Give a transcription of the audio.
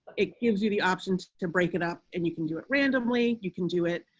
it gives you the option to to break it up and you can do it randomly. you can do it.